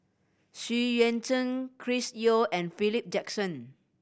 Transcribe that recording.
Xu Yuan Zhen Chris Yeo and Philip Jackson